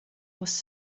was